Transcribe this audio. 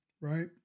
right